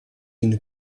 une